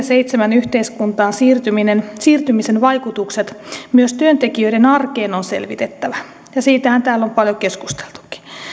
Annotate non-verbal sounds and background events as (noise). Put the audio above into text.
(unintelligible) seitsemän yhteiskuntaan siirtymisen siirtymisen vaikutukset myös työntekijöiden arkeen on selvitettävä ja siitähän täällä on paljon keskusteltukin